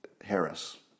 Harris